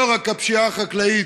לא רק הפשיעה החקלאית,